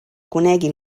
conegui